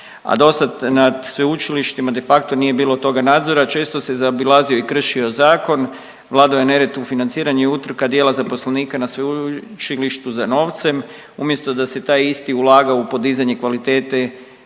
a dosad, nad sveučilištima de facto nije bilo toga nadzora, često se zaobilazio i kršio zakon, vladao je nered u financiranju i utrka dijela zaposlenika na sveučilištu za novcem, umjesto da se taj isti ulagao u podizanje kvalitete